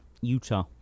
Utah